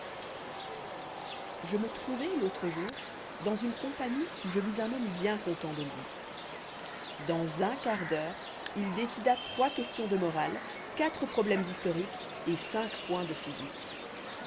e me trouvai l'autre jour dans une compagnie où je vis un homme bien content de lui dans un quart d'heure il décida trois questions de morale quatre problèmes historiques et cinq points de physique